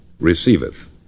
receiveth